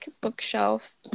bookshelf